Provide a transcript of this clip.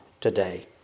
today